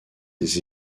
des